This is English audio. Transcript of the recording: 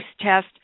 test